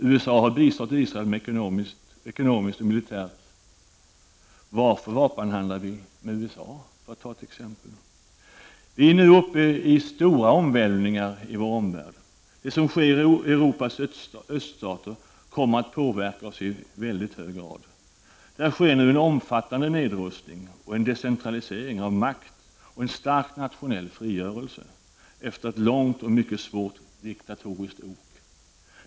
USA har bistått Israel ekonomiskt och militärt. Varför vapenhandlar vi med USA? Vi är nu mitt uppe i stora omvälvningar i vår omvärld. Det som sker i Europas öststater kommer att påverka oss i mycket hög grad. Där sker nu en omfattande nedrustning och en decentralisering av makt och en stark nationell frigörelse, efter ett långt och mycket svårt diktatoriskt ok.